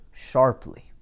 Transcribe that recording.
sharply